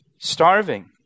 starving